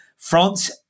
France